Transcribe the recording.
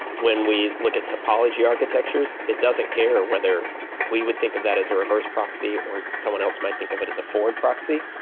when we look at topology architectures, it doesn't care whether we would think of that as a reverse proxy, or someone else might think of it as a forward proxy.